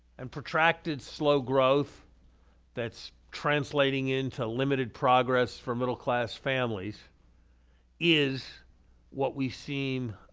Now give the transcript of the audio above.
and protracted slow growth that's translating into limited progress for middle class families is what we seem